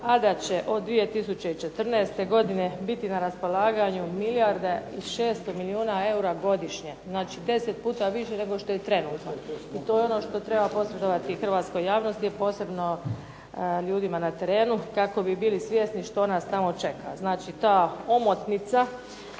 a da će od 2014. godine biti na raspolaganju milijarda i 600 milijuna eura godišnje. Znači 10 puta više nego što je trenutno i to je ono što treba posredovati hrvatskoj javnosti, i posebno ljudima na terenu, kako bi bili svjesni što nas tamo čeka. Znači ta omotnica